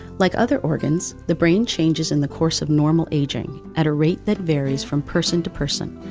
like other organs, the brain changes in the course of normal aging, at a rate that varies from person to person,